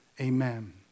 amen